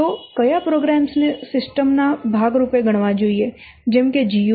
તો કયા પ્રોગ્રામ્સ ને સિસ્ટમ ના ભાગ રૂપે ગણવા જોઈએ જેમ કે GUI